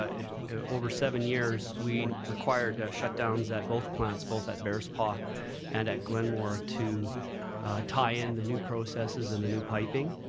ah over seven years, we required shutdowns at both plants, both at bearspaw and at glenmore to tie in the new processes and the new piping.